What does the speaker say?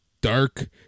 Dark